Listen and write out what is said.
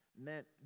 meant